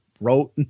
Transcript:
wrote